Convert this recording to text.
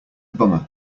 bummer